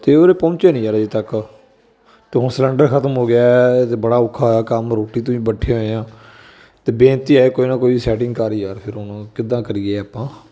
ਅਤੇ ਉਹ ਵੀਰੇ ਪਹੁੰਚਿਆ ਨਹੀਂ ਯਾਰ ਅਜੇ ਤੱਕ ਅਤੇ ਹੁਣ ਸਲੰਡਰ ਖ਼ਤਮ ਹੋ ਗਿਆ ਅਤੇ ਬੜਾ ਔਖਾ ਹੋਇਆ ਕੰਮ ਰੋਟੀ ਤੋਂ ਵੀ ਬੈਠੇ ਹੋਏ ਹਾਂ ਅਤੇ ਬੇਨਤੀ ਹੈ ਕੋਈ ਨਾ ਕੋਈ ਸੈਟਿੰਗ ਕਰ ਯਾਰ ਫਿਰ ਉਹਨੂੰ ਕਿੱਦਾਂ ਕਰੀਏ ਆਪਾਂ